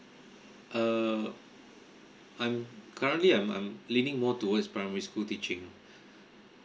uh I'm currently I'm um leaning more towards primary school teaching